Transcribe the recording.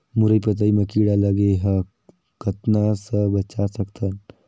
मुरई पतई म कीड़ा लगे ह कतना स बचा सकथन?